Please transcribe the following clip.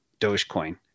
Dogecoin